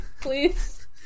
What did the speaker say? Please